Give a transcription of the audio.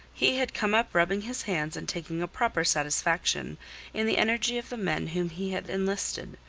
he had come up rubbing his hands and taking a proper satisfaction in the energy of the men whom he had enlisted.